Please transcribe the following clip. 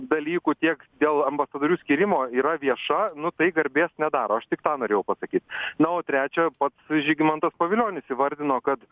dalykų tiek dėl ambasadorių skyrimo yra vieša nu tai garbės nedaro aš tik tą norėjau pasakyt na o trečia pats žygimantas pavilionis įvardino kad